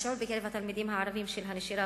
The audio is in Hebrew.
שיעור הנשירה בקרב התלמידים הערבים הוא 10%,